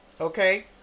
Okay